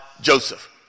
Joseph